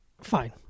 Fine